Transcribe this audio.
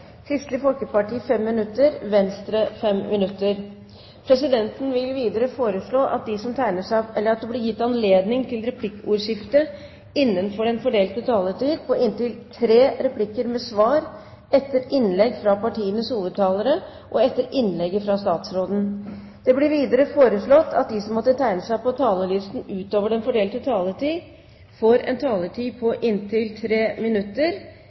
Kristelig Folkeparti 5 minutter og Venstre 5 minutter. Videre vil presidenten foreslå at det blir gitt anledning til replikkordskifte på inntil tre replikker med svar etter innlegg fra partienes hovedtalere og etter innlegget fra statsråden innenfor den fordelte taletid. Videre blir det foreslått at de som måtte tegne seg på talerlisten utover den fordelte taletid, får en taletid på inntil 3 minutter.